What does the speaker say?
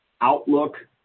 outlook